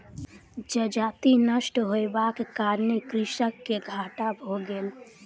जजति नष्ट होयबाक कारणेँ कृषक के घाटा भ गेलै